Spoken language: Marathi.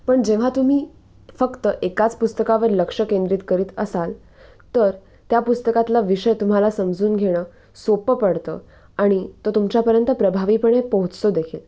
पण जेव्हा तुम्ही फक्त एकाच पुस्तकावर लक्ष केंद्रित करीत असाल तर त्या पुस्तकातला विषय तुम्हाला समजून घेणं सोपं पडतं आणि तो तुमच्यापर्यंत प्रभावीपणे पोहोचतो देखील